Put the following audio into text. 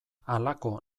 halako